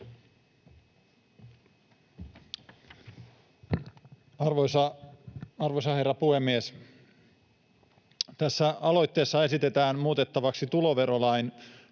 Arvoisa herra puhemies! Tässä aloitteessa esitetään muutettavaksi tuloverolain